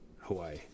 Hawaii